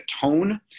tone